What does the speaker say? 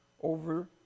over